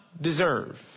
deserve